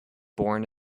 born